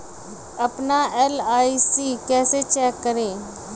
अपना एल.आई.सी कैसे चेक करें?